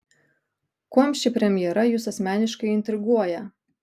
kuom ši premjera jus asmeniškai intriguoja